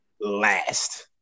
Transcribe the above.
last